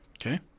Okay